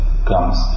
comes